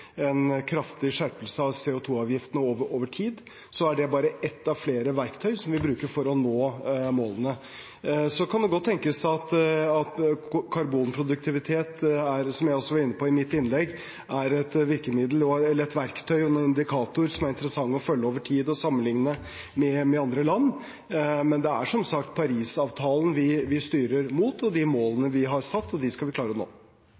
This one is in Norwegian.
en kraftig skjerpelse av CO 2 -avgiftene over tid, er det bare ett av flere verktøy vi bruker for å nå målene. Det kan godt tenkes at karbonproduktivitet – som jeg også var inne på i mitt innlegg – er et verktøy og en indikator som er interessant å følge over tid og sammenligne med andre land, men det er som sagt Parisavtalen vi styrer mot. De målene vi har satt, skal vi klare å nå.